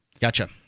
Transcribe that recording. Gotcha